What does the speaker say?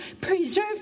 preserve